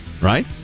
right